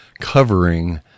covering